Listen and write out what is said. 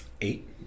Eight